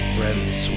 Friends